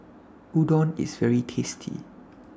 Udon IS very tasty